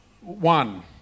one